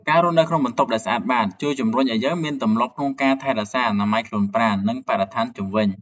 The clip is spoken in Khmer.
ការរស់នៅក្នុងបន្ទប់ដែលស្អាតបាត ជួយជម្រុញឱ្យយើងមានទម្លាប់ល្អក្នុងការថែរក្សាអនាម័យខ្លួនប្រាណ និងបរិស្ថានជុំវិញ។